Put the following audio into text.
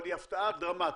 אבל היא הפתעה דרמטית.